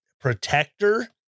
protector